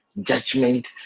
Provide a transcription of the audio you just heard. judgment